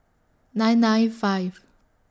nine nine five